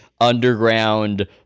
underground